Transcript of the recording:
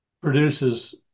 produces